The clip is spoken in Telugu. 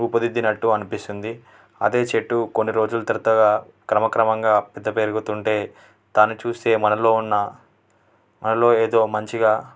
రూపుదిద్దినట్టు అనిపిస్తుంది అదే చెట్టు కొన్ని రోజుల తర్వాత క్రమక్రమంగా పెద్ద పెరుగుతుంటే దాన్ని చూస్తే మనలో ఉన్న మనలో ఏదో మంచిగా